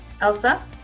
Elsa